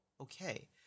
Okay